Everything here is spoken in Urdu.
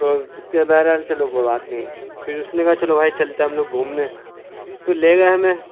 تو کہ بہرحال چلو کوئی بات نہیں پھر اس نے کہا چلو بھائی چلتے ہیں ہم لوگ گھومنے تو لے گیا ہمیں